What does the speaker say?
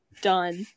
done